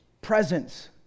presence